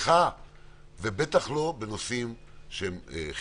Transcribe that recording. ובטח לא בנושאים של חינוך,